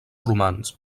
romans